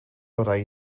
orau